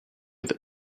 that